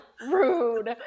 rude